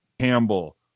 Campbell